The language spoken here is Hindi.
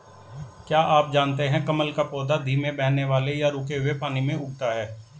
क्या आप जानते है कमल का पौधा धीमे बहने वाले या रुके हुए पानी में उगता है?